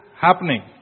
happening